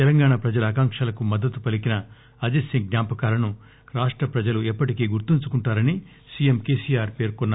తెలంగాణ ప్రజల ఆకాంక్షలకు మద్దతు పలీకిన అజిత్ సింగ్ జ్ఞాపకాలను రాష్ర ప్రజలు ఎప్పటికీ గుర్తుంచుకుంటారని సీఎం కేసీఆర్ పేర్కొన్నారు